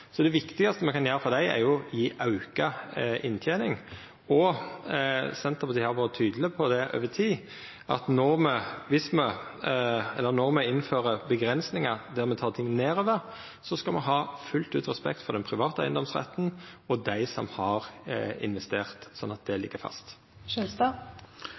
Det viktigaste me kan gjera for dei, er å gje auka inntening. Senterpartiet har vore tydeleg på det over tid, at når me innfører avgrensingar der me tek ting nedover, skal me ha fullt ut respekt for den private eigedomsretten og dei som har investert, sånn at det